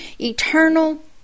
eternal